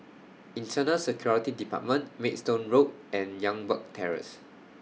Internal Security department Maidstone Road and Youngberg Terrace